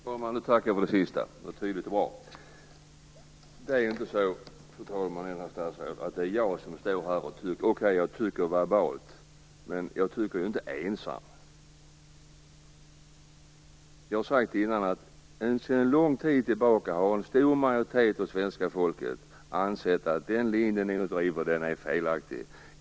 Fru talman! Jag tackar för det sista. Det var tydligt och bra. Det är inte så, fru talman och statsrådet, att det bara är jag som står här tycker. Okej, det är jag som tycker verbalt, men jag är inte ensam. Jag sade tidigare att en stor majoritet av svenska folket sedan lång tid tillbaka har ansett att den linje ni nu driver är felaktig.